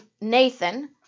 Nathan